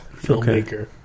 filmmaker